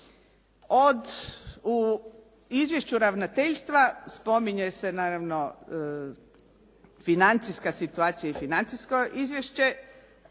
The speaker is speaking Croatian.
U izvješću ravnateljstva spominje se naravno financijska situacija i financijsko izvješće.